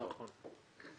נכון.